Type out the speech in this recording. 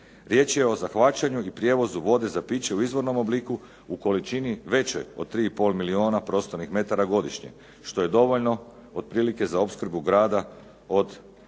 Riječ je o zahvaćanju i prijevozu vode za piće u izvornom obliku u količini većoj od tri i pol milijuna prostornih metara godišnje što je dovoljno otprilike za opskrbu grada od